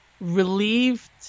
relieved